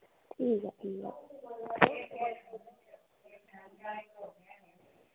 ठीक ऐ ठीक ऐ